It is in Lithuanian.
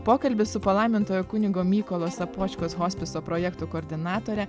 pokalbis su palaimintojo kunigo mykolo sopočkos hospiso projektų koordinatore